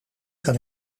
kan